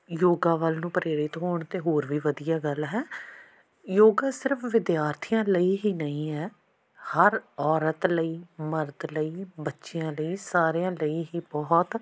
ਯੋਗਾ ਵੱਲ ਨੂੰ ਪ੍ਰੇਰਿਤ ਹੋਣ ਤਾਂ ਹੋਰ ਵੀ ਵਧੀਆ ਗੱਲ ਹੈ ਯੋਗਾ ਸਿਰਫ਼ ਵਿਦਿਆਰਥੀਆਂ ਲਈ ਹੀ ਨਹੀਂ ਹੈ ਹਰ ਔਰਤ ਲਈ ਮਰਦ ਲਈ ਬੱਚਿਆਂ ਲਈ ਸਾਰਿਆਂ ਲਈ ਹੀ ਬਹੁਤ